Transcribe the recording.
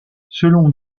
selon